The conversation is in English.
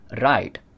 right